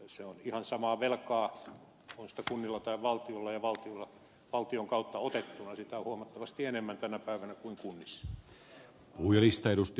se on ihan samaa velkaa on sitä kunnilla tai valtiolla ja valtion kautta otettuna sitä on huomattavasti enemmän tänä päivänä kuin kunnissa